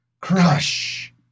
Crush